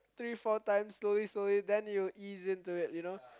three four times slowly slowly then you'll ease into it you know